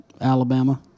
Alabama